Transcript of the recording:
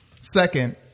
second